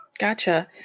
Gotcha